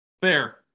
Fair